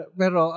pero